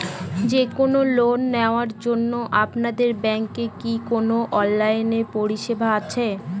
যে কোন লোন নেওয়ার জন্য আপনাদের ব্যাঙ্কের কি কোন অনলাইনে পরিষেবা আছে?